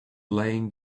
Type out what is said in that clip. laying